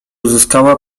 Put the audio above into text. uzyskała